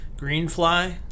Greenfly